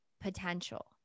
potential